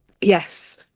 yes